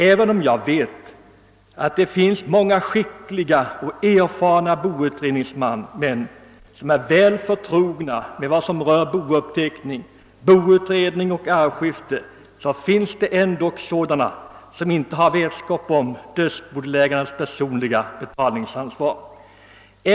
Även om jag vet att det finns många skickliga och erfarna boutredningsmän, som är väl förtrogna med vad som rör bouppteckning, boutredning och arvskifte, finns det ändå sådana boutredningsmän som inte har vetskap om dödsbodelägarnas personliga betalningsansvar.